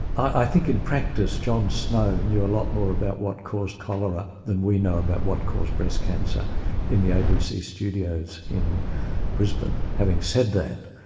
i think in practice john snow knew a lot more about what caused cholera than we know about what caused breast cancer in the abc studios in brisbane. having said that,